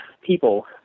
people